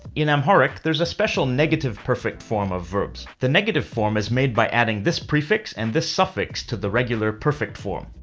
in amharic, there's a special negative perfect form of verbs. the negative form is made by adding this prefix and this suffix to the regular perfect form.